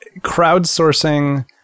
crowdsourcing